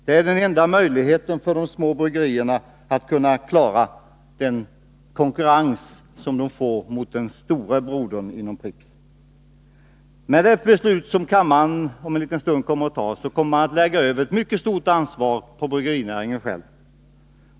Det är den enda möjligheten för de små bryggerierna att klara konkurrensen mot den store brodern Pripps. Med det beslut kammaren inom en liten stund kommer att fatta kommer ett mycket stort ansvar att läggas över på bryggerinäringen.